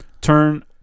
Turn